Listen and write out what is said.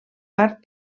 part